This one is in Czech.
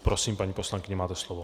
Prosím, paní poslankyně, máte slovo.